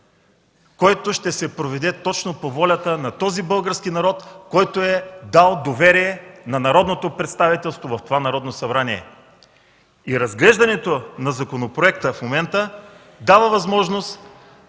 който ще се проведе точно по волята на този български народ, който е дал доверие на народното представителство в това Народно събрание. Разглеждането на законопроекта в момента дава възможност